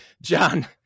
John